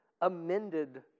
amended